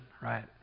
right